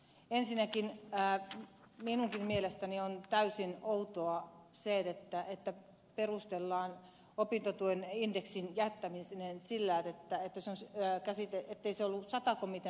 ensinnäkin minunkin mielestäni on täysin outoa se että perustellaan opintotuen indeksin jättäminen sillä ettei se ollut sata komitean esityksenä